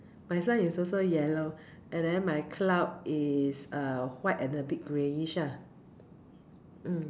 my sun is also yellow and then my cloud is uh white and a bit greyish lah mm